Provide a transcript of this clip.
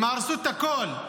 הם הרסו את הכול.